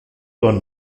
con